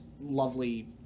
lovely